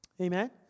Amen